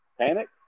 Panic